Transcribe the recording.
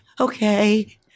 okay